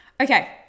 Okay